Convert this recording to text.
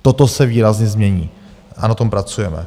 Toto se výrazně změní a na tom pracujeme.